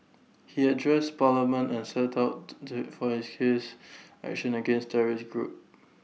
he address parliament and set out for his case action against the terrorist group